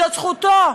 זאת זכותו,